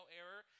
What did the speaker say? error